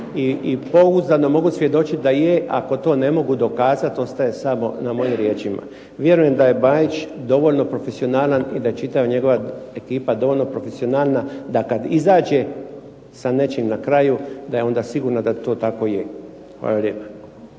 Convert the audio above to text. i pouzdano mogu svjedočiti da je, ako to ne mogu dokazati ostaje samo na mojim riječima. Vjerujem da je Bajić dovoljno profesionalan i da je čitava njegova ekipa dovoljno profesionalna da kad izađe sa nečim na kraju da je onda siguran da to tako je. Hvala lijepo.